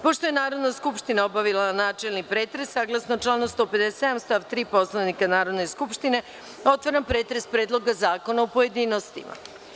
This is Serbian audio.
Pošto je Narodna skupština obavila načelni pretres, saglasno članu 157. stav 3. Poslovnika Narodne skupštine, otvaram pretres Predloga zakona u pojedinostima.